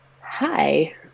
Hi